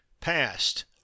Past